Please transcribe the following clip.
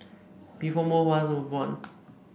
before most of us were born